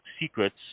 secrets